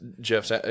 Jeff's